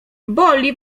boli